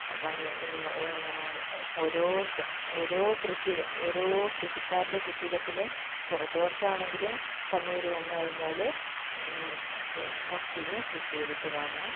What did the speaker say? കണ്ണൂർ ഓരോ സ്ത് ഓരോ കൃഷി ഓരോ കൃഷിക്കാരൻ്റെ കൃഷിയിടത്തിലും കുറച്ചു കുറച്ചു ആണെങ്കിലും കണ്ണൂർ വന്ന് കഴിഞ്ഞാൽ മരിച്ചീനി കൃഷി ചെയ്തിട്ട് കാണാം